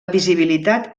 visibilitat